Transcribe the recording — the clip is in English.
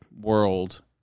world